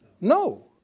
No